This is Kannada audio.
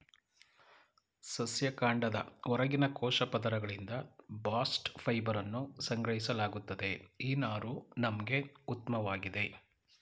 ಸಸ್ಯ ಕಾಂಡದ ಹೊರಗಿನ ಕೋಶ ಪದರಗಳಿಂದ ಬಾಸ್ಟ್ ಫೈಬರನ್ನು ಸಂಗ್ರಹಿಸಲಾಗುತ್ತದೆ ಈ ನಾರು ನಮ್ಗೆ ಉತ್ಮವಾಗಿದೆ